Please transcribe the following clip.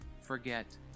forget